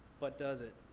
but does it?